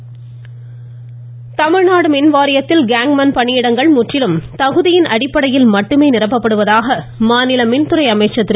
தங்கமணி தமிழ்நாடு மின்வாரியத்தில் கேங்மேன் பணியிடங்கள் முற்றிலும் தகுதியின் அடிப்படையில் மட்டுமே நிரப்பப்படுவதாக மாநில மின்துறை அமைச்சர் கிரு